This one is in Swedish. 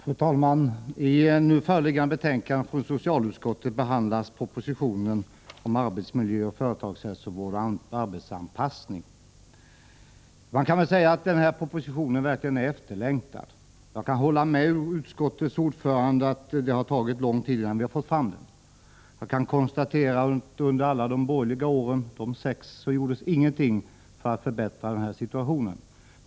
Fru talman! I nu föreliggande betänkande från socialutskottet behandlas propositionen om arbetsmiljö, företagshälsovård och arbetsanpassning. Man kan verkligen säga att den här propositionen är efterlängtad. Jag kan hålla med utskottets ordförande om att det har tagit lång tid innan vi har fått fram den. Under alla de sex borgerliga åren gjordes ingenting för att förbättra situationen.